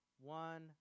one